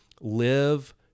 live